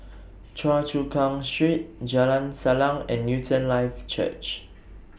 Choa Chu Kang Street Jalan Salang and Newton Life Church